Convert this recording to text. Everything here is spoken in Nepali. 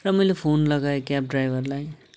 र मैले फोन लगाएँ क्याब ड्राइभरलाई